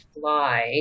fly